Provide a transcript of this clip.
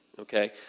okay